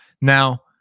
Now